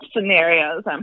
Scenarios